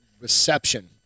reception